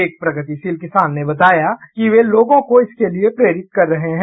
एक प्रगतिशील किसान ने बताया कि वे लोगों को इसके लिए प्रेरित कर रहे हैं